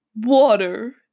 water